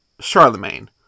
Charlemagne